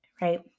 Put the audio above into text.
right